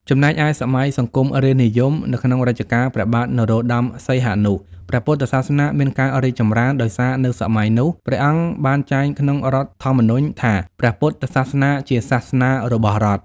ចំណែកឯ សម័យសង្គមរាស្ត្រនិយម នៅក្នុងរជ្ជកាលព្រះបាទនរោត្តមសីហនុ ព្រះពុទ្ធសាសនាមានការរីកចម្រើន ដោយសារនៅសម័យនោះ ព្រះអង្គបានចែងក្នុងរដ្ឋធម្មនុញ្ញ ថា "ព្រះពុទ្ធសាសនាជាសាសនារបស់រដ្ឋ" ។